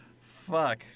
Fuck